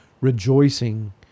rejoicing